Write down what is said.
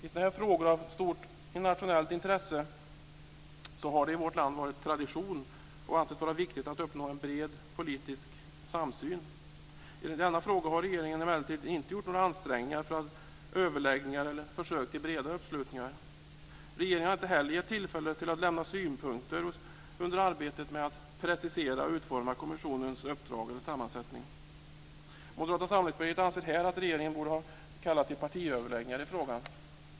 I frågor av stort nationellt intresse har det i vårt land varit tradition och ansetts vara viktigt att uppnå en bred politisk samsyn. I denna fråga har regeringen emellertid inte gjort några ansträngningar för att försöka få till stånd överläggningar eller breda uppslutningar. Regeringen har inte heller gett övriga tillfälle att lämna synpunkter under arbetet med att precisera och utforma kommissionens uppdrag eller sammansättning. Moderata samlingspartiet anser här att regeringen borde ha kallat till partiöverläggningar i frågan.